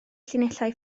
llinellau